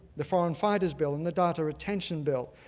the foreign fighters bill and the data retention bill.